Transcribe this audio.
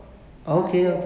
last year